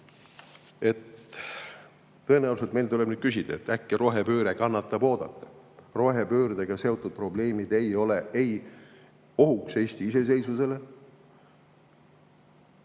Tõenäoliselt meil tuleb nüüd küsida, kas äkki rohepööre kannatab oodata. Rohepöördega seotud probleemid ei ole ohuks Eesti iseseisvusele,